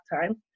time